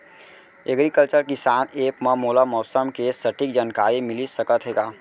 Agriculture किसान app मा मोला मौसम के सटीक जानकारी मिलिस सकत हे का?